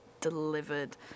delivered